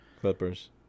Clippers